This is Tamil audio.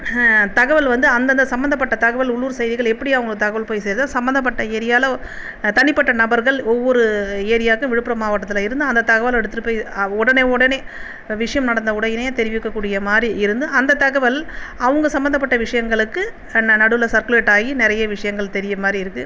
தகவல் வந்து அந்தந்த சம்மந்தப்பட்ட தகவல் உள்ளூர் செய்திகள் எப்படி அவர்களுக்கு தகவல் போய் சேருதோ சம்மந்தப்பட்ட ஏரியாவில் தனிப்பட்ட நபர்கள் ஒவ்வொரு ஏரியாக்கும் விழுப்புரம் மாவட்டத்தில் இருந்து அந்த தகவல் எடுத்துட்டு போய் உடனே உடனே விஷயம் நடந்த உடனே தெரிவிக்கக்கூடிய மாதிரி இருந்து அந்த தகவல் அவங்க சம்மந்தப்பட்ட விஷயங்களுக்கு ந நடுவில் சர்குலேட் ஆகி நிறைய விஷயங்கள் தெரிகிற மாதிரி இருக்குது